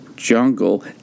jungle